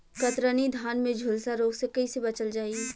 कतरनी धान में झुलसा रोग से कइसे बचल जाई?